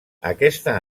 aquesta